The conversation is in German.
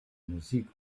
musik